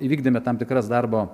įvykdėme tam tikras darbo